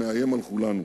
שמאיים על כולנו,